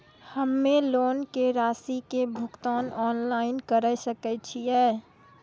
हम्मे लोन के रासि के भुगतान ऑनलाइन करे सकय छियै?